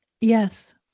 Yes